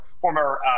former